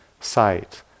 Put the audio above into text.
sight